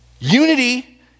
Unity